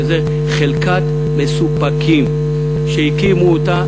שזה חלקת מסופקים שהקימו אותה.